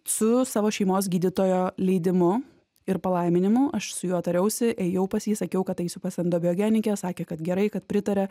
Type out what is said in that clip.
su savo šeimos gydytojo leidimu ir palaiminimu aš su juo tariausi ėjau pas jį sakiau kad eisiu pas endobiogeninę sakė kad gerai kad pritaria